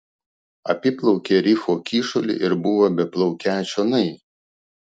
apiplaukė rifo kyšulį ir buvo beplaukią čionai